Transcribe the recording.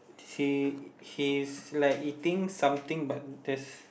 his like eating something but there's